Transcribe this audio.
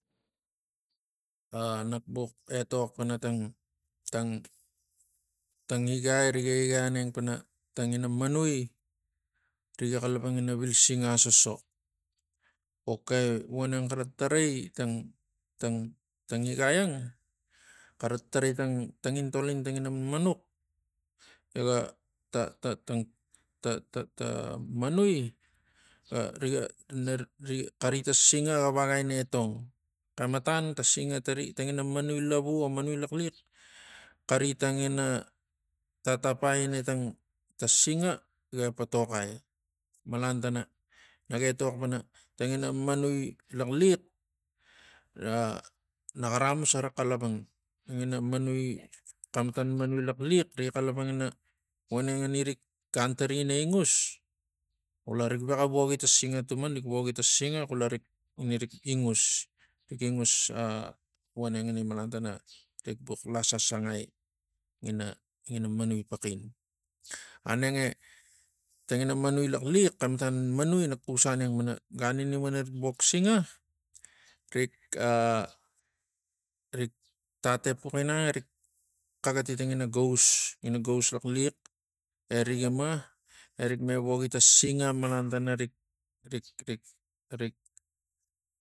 Ah nak buk etok pana tang igai niga igai aneng pana tangina manui niga xalapang vil singa asoso ok voneng xara tarai tang tang tang igalang xara tarai tang tangintol in tangina manmanux ega ta- ta tangitata ta manu a riga tarai tangina manui lavu or manui laxliax xaritang ina tatapai ina tang ta singa ga epatoxai malantana a nak etok pana tangina manui laxliaxah naxara axamus xara xalapang ngina a manui matan manui laxliax riga xalapang ina vonen gani gan tari in a egus xularig veka vogi tang singa tuman rig sogi tang singa xulari iha rik egus rig engus ah vonengani malantana rikbuk lasasangai ngina ngina manui paxin aneng e tangina manui laxliax xematan manui nak xus aneng pana ganina rorik wok singarik ah rik tat epuk ginang erik xakati tangina gaus ngina gaus laxliax erikima erikima wogi tang singa malantanarik rik- rik- rik- rik